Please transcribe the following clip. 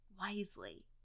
wisely